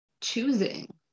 choosing